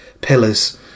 pillars